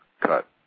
cut